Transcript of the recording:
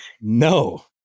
No